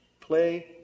play